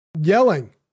Yelling